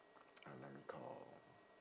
uh let me call